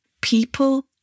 People